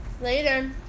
Later